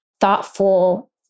thoughtful